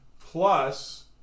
Plus